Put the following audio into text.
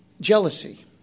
Jealousy